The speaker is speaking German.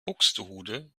buxtehude